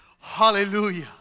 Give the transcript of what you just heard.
Hallelujah